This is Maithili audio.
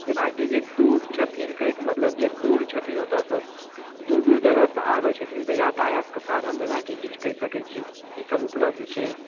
जेनाकि जे दूर छथिन कहै के मतलब जे दूर छथिन ओतऽ सँ दूर दूर जगह सँ आबै छथिन तऽ यातायात के साधन जेनाकि किछु कहि सकै छी की सभ उपलब्ध छै